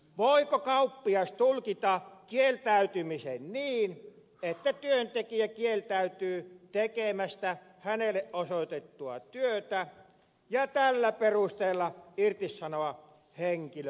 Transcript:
voiko kauppias tulkita kieltäytymisen niin että työntekijä kieltäytyy tekemästä hänelle osoitettua työtä ja tällä perusteella irtisanoa henkilön työsuhteesta